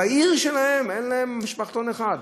בעיר שלהם אין להם משפחתון אחד.